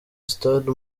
stade